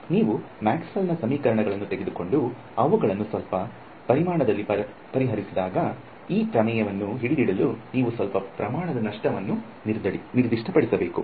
ನೀವು ಮ್ಯಾಕ್ಸ್ವೆಲ್ನ ಸಮೀಕರಣಗಳನ್ನು ತೆಗೆದುಕೊಂಡು ಅವುಗಳನ್ನು ಸ್ವಲ್ಪ ಪರಿಮಾಣದಲ್ಲಿ ಪರಿಹರಿಸಿದಾಗ ಈ ಪ್ರಮೇಯವನ್ನು ಹಿಡಿದಿಡಲು ನೀವು ಸ್ವಲ್ಪ ಪ್ರಮಾಣದ ನಷ್ಟವನ್ನು ನಿರ್ದಿಷ್ಟಪಡಿಸಬೇಕು